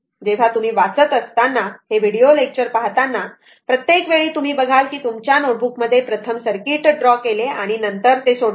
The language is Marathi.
जेव्हा तुम्ही वाचत असताना हे व्हिडीओ लेक्चर पाहताना प्रत्येक वेळी तुम्ही बघाल की तुमच्या नोटबुक मध्ये प्रथम सर्किट ड्रॉ केले आणि नंतर ते सोडवले